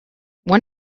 when